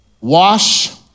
wash